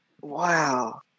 Wow